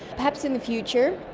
perhaps in the future.